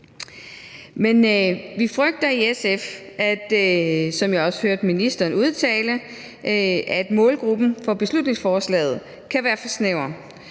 ministeren udtale, at målgruppen for beslutningsforslaget kan være for snæver.